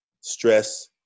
stress